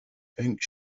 pink